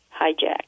Hijacked